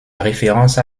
références